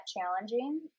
challenging